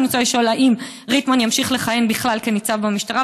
אני רוצה לשאול אם ריטמן ימשיך לכהן בכלל כניצב במשטרה.